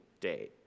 day